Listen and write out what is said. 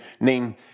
named